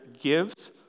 gives